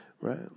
Right